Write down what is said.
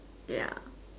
ya